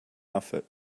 outfit